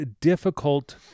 difficult